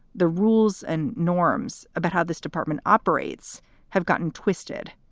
the rules and norms about how this department operates have gotten twisted.